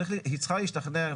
היא צריכה להשתכנע.